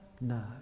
No